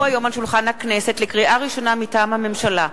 לקריאה ראשונה, מטעם הממשלה: